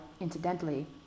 incidentally